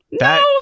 No